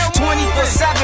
24-7